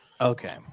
okay